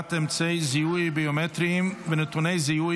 הכללת אמצעי זיהוי ביומטריים ונתוני זיהוי